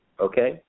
okay